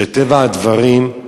מטבע הדברים,